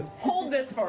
hold this